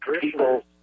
people